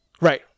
Right